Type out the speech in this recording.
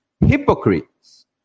hypocrites